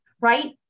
Right